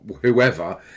whoever